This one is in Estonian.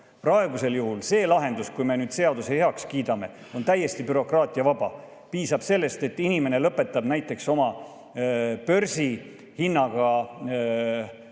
Praegune lahendus, kui me seaduse heaks kiidame, on täiesti bürokraatiavaba. Piisab sellest, et inimene lõpetab näiteks oma börsihinnaga